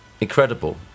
Incredible